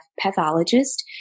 pathologist